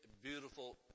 beautiful